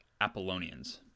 Apollonians